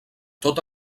tot